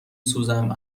سوزم